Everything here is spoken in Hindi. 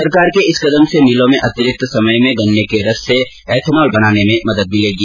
सरकार के इस कदम से मिलों में अतिरिक्त समय में गन्ने के रस से एथनॉल बनाने में मदद मिलेगी